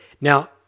Now